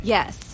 Yes